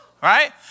Right